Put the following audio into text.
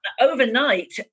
overnight